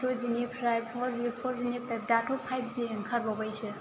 two जिनिफ्राय फर जि फर जिनिफ्राय दाथ' पाइभ जि ओंखारबावबायसो